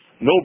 no